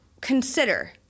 consider